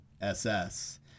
SS